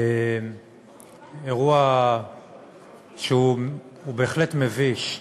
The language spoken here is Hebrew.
אירוע שהוא בהחלט מביש.